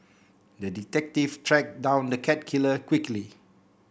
the detective tracked down the cat killer quickly